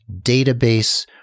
database